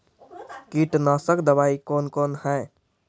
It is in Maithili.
कीटनासक दवाई कौन कौन हैं?